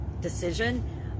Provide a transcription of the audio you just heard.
decision